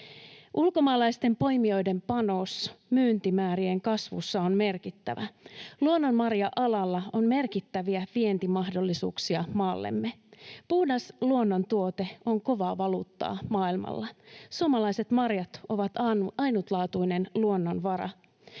Ulkomaalaisten poimijoiden panos myyntimäärien kasvussa on merkittävä. Luonnonmarja-alalla on merkittäviä vientimahdollisuuksia maallemme. Puhdas luonnontuote on kovaa valuuttaa maailmalla. Suomalaiset marjat ovat ainutlaatuinen luonnonvara.